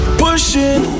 pushing